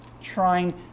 trying